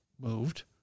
moved